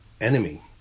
enemy